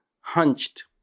hunched